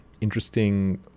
interesting